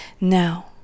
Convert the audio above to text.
Now